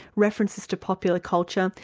references to popular culture,